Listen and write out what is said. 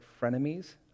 frenemies